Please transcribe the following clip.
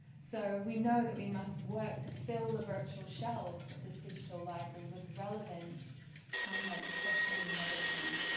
so, we know that we must work to fill the virtual shelves of this digital library with relevant content, especially in the mother tongue.